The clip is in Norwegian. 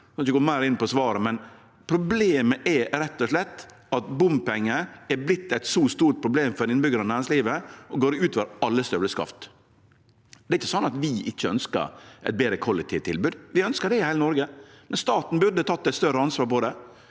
Eg skal ikkje gå meir inn på svaret, men problemet er rett og slett at bompengar er vorte eit så stort problem for innbyggjarane og næringslivet at det går utover alle støvelskaft. Det er ikkje sånn at vi ikkje ønskjer eit betre kollektivtilbod. Vi ønskjer det i heile Noreg, men staten burde ha teke eit større ansvar for det.